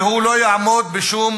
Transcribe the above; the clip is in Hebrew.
והוא לא יעמוד בשום